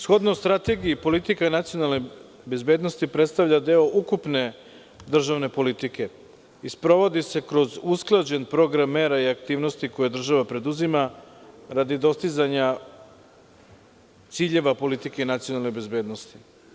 Shodno Strategiji, politika nacionalne bezbednosti predstavlja deo ukupne državne politike i sprovodi se kroz usklađeni program mera i aktivnosti koje država preduzima, a radi dostizanja ciljeva politike nacionalne bezbednosti.